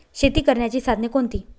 शेती करण्याची साधने कोणती?